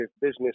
business